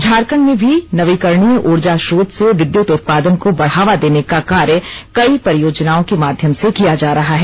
झारखंड में भी नवीकरणीय ऊर्जा श्रोत से विद्यत उत्पादन को बढ़ावा देने का कार्य कई परियोजनाओं के माध्यम से किया जा रहा है